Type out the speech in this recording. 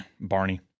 Barney